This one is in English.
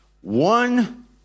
One